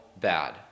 bad